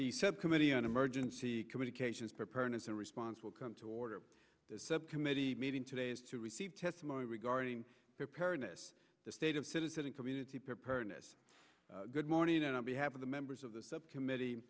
subcommittee on emergency communications preparedness and response will come to order as subcommittee meeting today is to receive testimony regarding preparedness the state of citizen and community preparedness good morning and on behalf of the members of the subcommittee